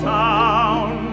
town